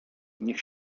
niech